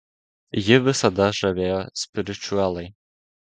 jį visada žavėjo spiričiuelai